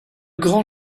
grand